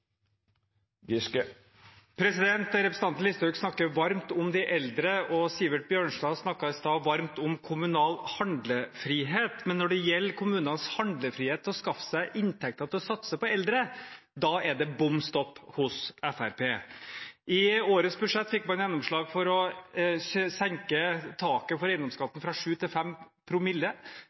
replikkordskifte. Representanten Listhaug snakker varmt om de eldre, og Sivert Bjørnstad snakket i stad varmt om kommunal handlefrihet, men når det gjelder kommunenes handlefrihet til å skaffe seg inntekter for å satse på eldre, er det bom stopp hos Fremskrittspartiet. I årets budsjett fikk man gjennomslag for å senke taket for eiendomsskatten fra 7 til